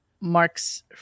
Mark's